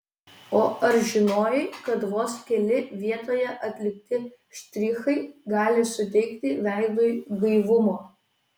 o ar žinojai kad vos keli vietoje atlikti štrichai gali suteikti veidui gaivumo